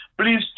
please